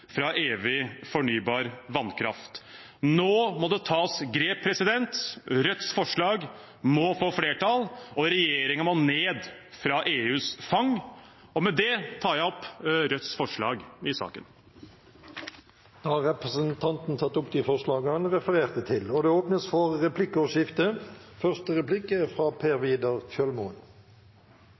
fra evig fornybar vannkraft. Nå må det tas grep. Rødts forslag må få flertall, og regjeringen må ned fra EUs fang. Med det tar jeg opp Rødts forslag i saken. Representanten Bjørnar Moxnes har tatt opp de forslagene han refererte til. Det blir replikkordskifte. Hva i all verden er